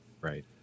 Right